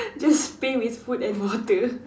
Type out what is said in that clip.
just pay with food and water